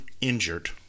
injured